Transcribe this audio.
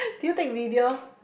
did you take video